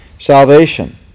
salvation